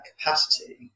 capacity